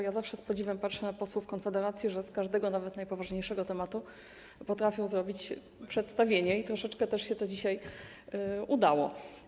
Ja zawsze z podziwem patrzę na posłów Konfederacji, że z każdego, nawet najpoważniejszego tematu potrafią zrobić przedstawienie, i troszeczkę też się to dzisiaj udało.